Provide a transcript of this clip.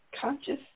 conscious